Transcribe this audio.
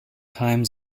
time